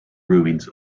ruins